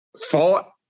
Fought